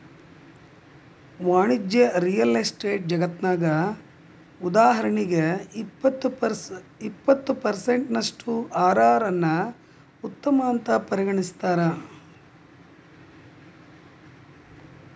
ವಾಣಿಜ್ಯ real estate ಜಗತ್ನ್ಯಗ, ಉದಾಹರಣಿಗೆ, ಇಪ್ಪತ್ತು ಪರ್ಸೆನ್ಟಿನಷ್ಟು ಅರ್.ಅರ್ ನ್ನ ಉತ್ತಮ ಅಂತ್ ಪರಿಗಣಿಸ್ತಾರ